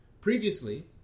Previously